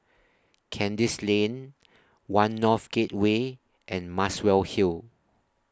Kandis Lane one North Gateway and Muswell Hill